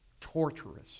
Torturous